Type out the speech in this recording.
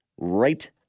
right